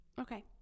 Okay